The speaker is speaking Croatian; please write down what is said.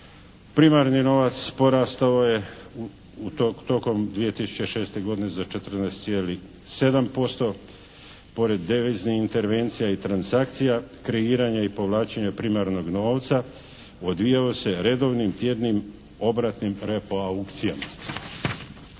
primarni novac porastao je tokom 2006. godine za 14,7%, pored deviznih intervencija i transakcija, kreiranja i povlačenja primarnog novca odvijao se redovnim tjednim obratnim …/Govornik